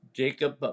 jacob